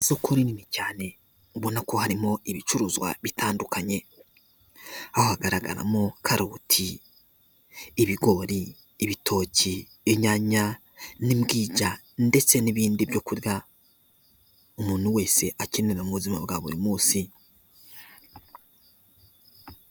Isoko rinini cyane ubona ko harimo ibicuruzwa bitandukanye aho hagaragaramo karoti, ibigori, ibitoki, inyanya, n'imbwija ndetse n'ibindi byokurya umuntu wese akenera mu buzima bwa buri munsi.